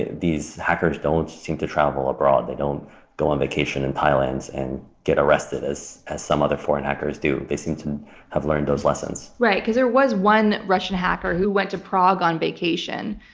these hackers don't seem to travel abroad. they don't go on vacation in thailand and get arrested as as some other foreign hackers do. they seem to have learned those lessons. right, because there was one russian hacker who went to prague on vacation.